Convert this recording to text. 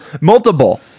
Multiple